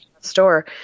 store